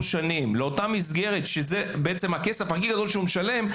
שנים לאותה מסגרת שזה בעצם הכסף הכי גדול שהוא משלם,